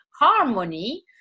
harmony